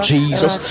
Jesus